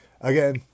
again